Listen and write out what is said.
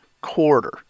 quarter